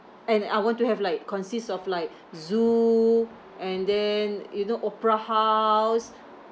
and I want to have like consist of like zoo and then you know opera house